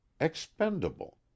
Expendable